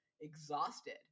exhausted